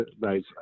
Nice